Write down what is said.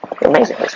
Amazing